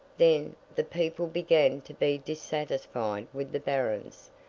then, the people began to be dissatisfied with the barons,